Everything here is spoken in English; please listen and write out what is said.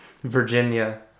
Virginia